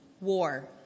war